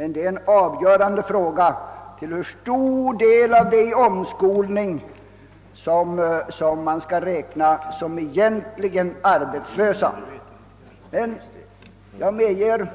En avgörande fråga är hur många av dem som deltar i omskolningskurser man kan räkna som verkligt arbetslösa. Jag medger